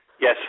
Yes